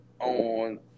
on